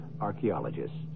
archaeologists